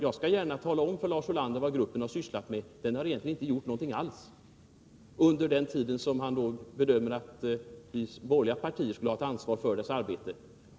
Jag skall gärna tala om för Lars Ulander vad gruppen har sysslat med: Den har egentligen inte gjort någonting alls under den tid som han bedömer att de borgerliga partierna skulle ha ett ansvar för gruppens arbete.